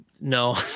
No